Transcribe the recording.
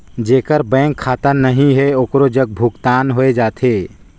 जेकर बैंक खाता नहीं है ओकरो जग भुगतान हो जाथे?